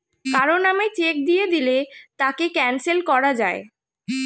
কারো নামে চেক দিয়ে দিলে তাকে ক্যানসেল করা যায়